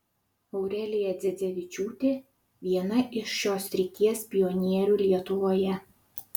aurelija dzedzevičiūtė viena iš šios srities pionierių lietuvoje